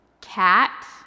cat